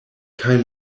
kaj